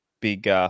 big